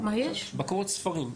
בקרות ספרים,